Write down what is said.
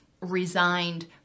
resigned